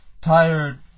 tired